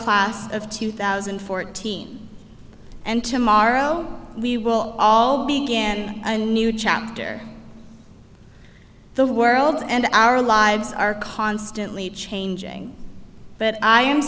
class of two thousand and fourteen and tomorrow we will all begin a new chapter the world and our lives are constantly changing but i am